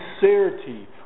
sincerity